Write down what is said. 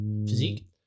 Physique